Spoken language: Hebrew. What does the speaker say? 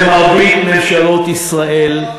שהייתם שותפים למרבית ממשלות ישראל,